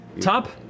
Top